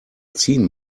ziehen